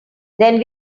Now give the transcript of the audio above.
then